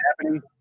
happening